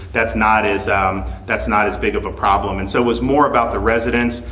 that's not as um that's not as big of a problem. and so was more about the residents.